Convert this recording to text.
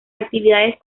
actividades